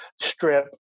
strip